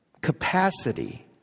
capacity